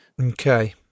Okay